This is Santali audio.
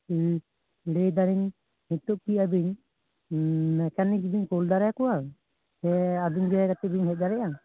ᱦᱩ ᱞᱟᱹᱭ ᱫᱟᱞᱤᱧ ᱦᱤᱛᱳᱜ ᱠᱤ ᱟᱵᱤᱱ ᱢᱮᱠᱟᱱᱤᱠ ᱵᱤᱱ ᱵᱷᱮᱡᱟ ᱫᱟᱲᱮᱭᱟᱠᱚᱣᱟ ᱥᱮ ᱟᱵᱤᱢᱜᱮ ᱠᱟᱴᱤᱡᱵᱤᱱ ᱦᱮᱡ ᱫᱟᱲᱮᱭᱟᱜᱼᱟ